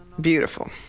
beautiful